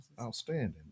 Outstanding